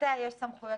מתחתיה יש סמכויות